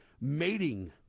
Mating